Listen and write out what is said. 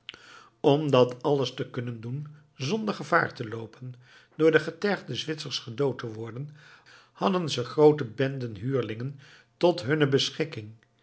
dat alles te kunnen doen zonder gevaar te loopen door de getergde zwitsers gedood te worden hadden ze groote benden huurlingen tot hunne beschikking